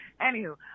Anywho